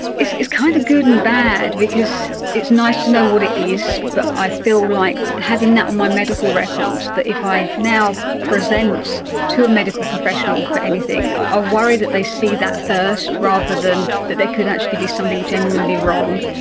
it's it's kind of good and bad because it's nice to know what it is, but i feel like having that on my medical record, that if i now present to a medical professional for anything, i ah worry that they see that first rather than that there could actually be something genuinely wrong.